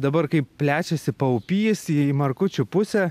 dabar kaip plečiasi paupys į markučių pusę